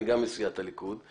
אני גם מסיעת הליכוד,